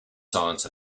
science